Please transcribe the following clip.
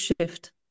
shift